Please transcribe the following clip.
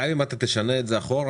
גם אם תשנה את זה אחורה,